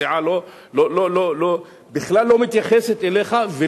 הסיעה בכלל לא מתייחסת אליך,